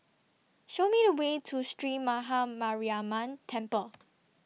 Show Me The Way to Sree Maha Mariamman Temple